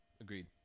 Agreed